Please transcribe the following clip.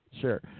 Sure